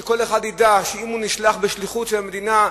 שכל אחד ידע שאם הוא נשלח בשליחות של המדינה,